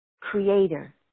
creator